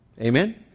Amen